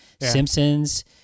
Simpsons